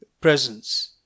presence